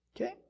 Okay